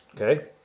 okay